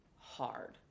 hard